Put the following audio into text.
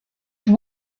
have